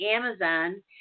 Amazon